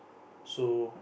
so